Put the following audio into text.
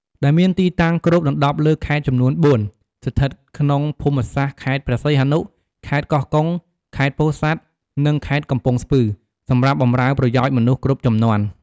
ដែលមានទីតាំងគ្របដណ្តប់លើខេត្តចំនួន ៤ ស្ថិតក្នុងភូមិសាស្ត្រខេត្តព្រះសីហនុ ខេត្តកោះកុង ខេត្តពោធិ៍សាត់ និងខេត្តកំពង់ស្ពឺ សម្រាប់បម្រើប្រយោជន៍មនុស្សគ្រប់ជំនាន់។